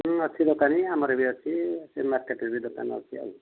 ହୁଁ ଅଛି ଦୋକାନ ଆମର ବି ଅଛି ସେ ମାର୍କେଟ୍ରେ ବି ଦୋକାନ ଅଛି ଆଉ